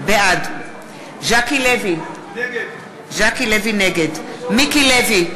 בעד ז'קי לוי, נגד מיקי לוי,